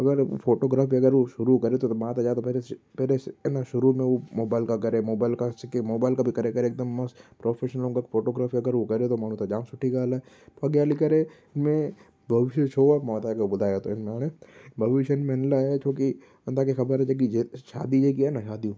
अगरि फ़ोटोग्राफ़ी अगरि हू शुरू करे थो त मां त चयां थो पहिरें श पहिरें इन शुरू में हू मोबाइल खां करे मोबाइल खां सिखे मोबाइल खां बि करे करे हिकदमि मस्तु प्रोफ़ेशनल उनखां फ़ोटोग्राफ़ी अगरि हू करे थो माण्हू त जाम सुठी ॻाल्हि आहे पोइ अॻियां हली करे में भविष्य छो आहे मां तव्हां खे ॿुधायां थो इन में हाणे भविष्य में इन लाइ आहे छो कि तव्हां खे ख़बर आहे जेकी जे शादी जेकी आहे न शादियूं